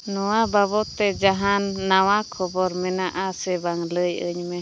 ᱱᱚᱣᱟ ᱵᱟᱵᱚᱫ ᱛᱮ ᱡᱟᱦᱟᱱ ᱱᱟᱣᱟ ᱠᱷᱚᱵᱚᱨ ᱢᱮᱱᱟᱜᱼᱟ ᱥᱮ ᱵᱟᱝ ᱞᱟᱹᱭ ᱟᱹᱧᱢᱮ